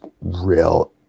real